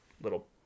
little